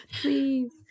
Please